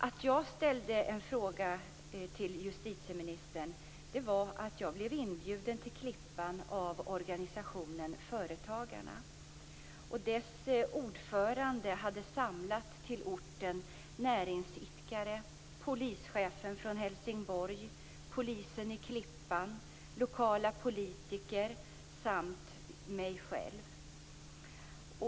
Att jag ställde en fråga till justitieministern berodde på att jag blev inbjuden till Klippan av organisationen Företagarna. Dess ordförande hade samlat till orten näringsidkare, polischefen från Helsingborg, polisen i Klippan, lokala politiker samt mig själv.